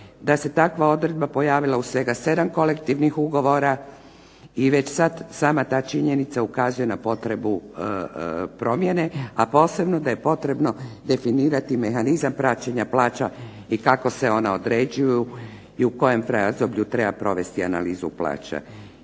da se takva odredba pojavila u svega 7 kolektivnih ugovora, i već sama ta činjenica ukazuje na potrebu promjene, a posebno da je potrebno definirati mehanizam praćenja plaća i kako se one određuju i u kojem razdoblju treba provesti analizu plaća.